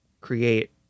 create